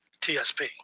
TSP